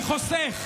אני חוסך,